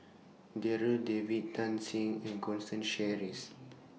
Darryl David Tan Shen and Constance Sheares